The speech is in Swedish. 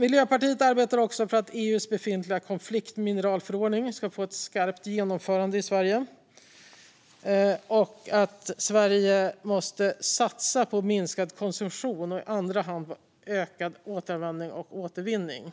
Miljöpartiet arbetar också för att EU:s befintliga konfliktmineralförordning ska få ett skarpt genomförande i Sverige och för att Sverige i första hand ska satsa på minskad konsumtion och i andra hand på ökad återanvändning och återvinning,